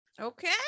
Okay